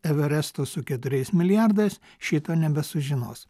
everesto su keturiais milijardais šito nebesužinos